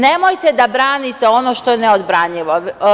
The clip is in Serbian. Nemojte da branite ono što je neodbranljivo.